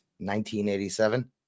1987